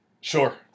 Sure